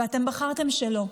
אבל אתם בחרתם שלא.